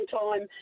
time